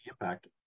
impact